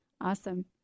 Awesome